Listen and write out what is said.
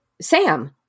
Sam